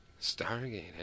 Stargate